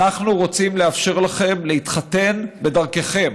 אנחנו רוצים לאפשר לכם להתחתן בדרככם,